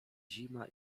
zima